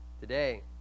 today